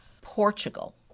Portugal